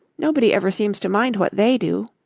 nobody ever seems to mind what they do.